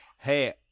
Hey